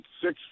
six